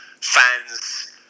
fans